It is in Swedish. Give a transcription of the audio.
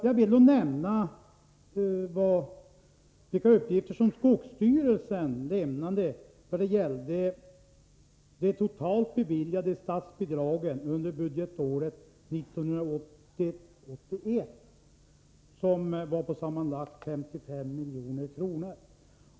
Jag vill då nämna vilka uppgifter som skogsstyrelsen har lämnat då det gällde de totalt beviljade statsbidragen under budgetåret 1980/81, som var på sammanlagt 55 milj.kr.